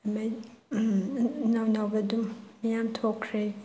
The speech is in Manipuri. ꯏꯅꯧ ꯅꯧꯕ ꯑꯗꯨꯝ ꯃꯌꯥꯝ ꯊꯣꯛꯈ꯭ꯔꯦ